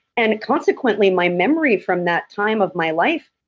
and consequently my memory from that time of my life,